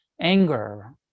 anger